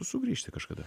sugrįžti kažkada